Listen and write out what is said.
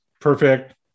Perfect